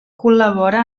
col·labora